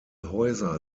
häuser